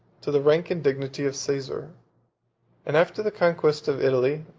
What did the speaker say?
to the rank and dignity of caesar and after the conquest of italy,